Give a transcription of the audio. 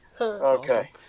Okay